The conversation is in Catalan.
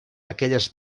aquelles